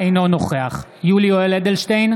אינו נוכח יולי יואל אדלשטיין,